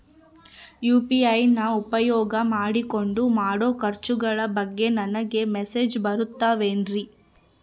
UPI ನ ಉಪಯೋಗ ಮಾಡಿಕೊಂಡು ಮಾಡೋ ಖರ್ಚುಗಳ ಬಗ್ಗೆ ನನಗೆ ಮೆಸೇಜ್ ಬರುತ್ತಾವೇನ್ರಿ?